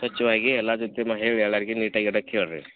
ಸ್ವಚ್ಛ್ವಾಗಿ ಎಲ್ಲ ರೀತಿಮ ಹೇಳಿ ಎಲ್ಲರಿಗು ನೀಟಾಗಿ ಇಡಕ್ಕೆ ಹೇಳಿ ರೀ